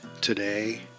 today